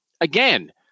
again